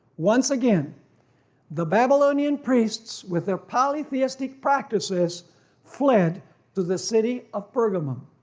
once again the babylonian priests with their polytheistic practices fled to the city of pergamum.